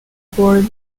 board